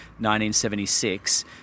1976